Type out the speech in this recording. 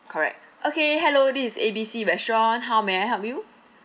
correct okay hello this is A B C restaurant how may I help you